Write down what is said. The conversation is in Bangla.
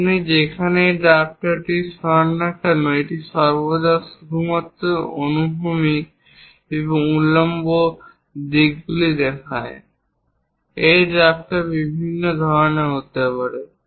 আপনি যেখানেই এই ড্রাফটারটি সরান না কেন এটি সর্বদা শুধুমাত্র অনুভূমিক এবং উল্লম্ব দিকগুলি দেখায়। এই ড্রাফটার বিভিন্ন ধরনের হতে পারে